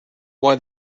why